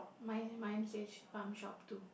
mine mine says farm shop too